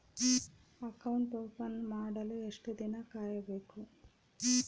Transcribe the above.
Account open ಮಾಡಲು ಎಷ್ಟು ದಿನ ಕಾಯಬೇಕು?